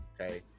okay